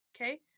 okay